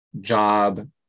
job